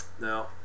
Now